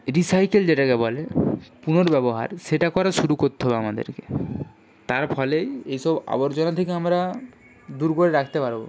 recycle যেটাকে বলে পুনর্ব্যবহার সেটা করা শুরু করতে হবে আমাদেরকে তার ফলে এ সব আবর্জনা থেকে আমরা দূর করে রাখতে পারব